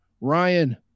Ryan